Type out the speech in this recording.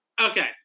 Okay